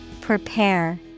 Prepare